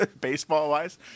baseball-wise